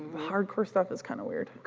hardcore stuff is kinda weird.